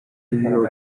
ido